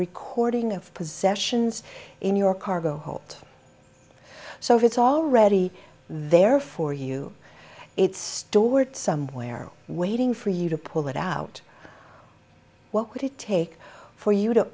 recording of possessions in your cargo hold so it's already there for you it's stored somewhere waiting for you to pull it out what would it take for you to